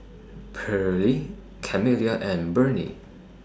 Perley Camilla and Bernie